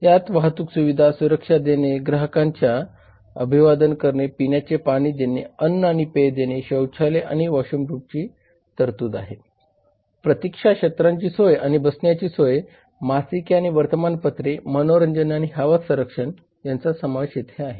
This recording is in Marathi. यात वाहतूक सुविधा सुरक्षा देणे ग्राहकांचे अभिवादन करणे पिण्याचे पाणी देणे अन्न आणि पेये देणे शौचालय आणि वॉशरूमची तरतूद प्रतीक्षा क्षेत्रांची सोय आणि बसण्याची सोय मासिके आणि वर्तमानपत्रे मनोरंजन आणि हवामान संरक्षण यांचा समावेश आहे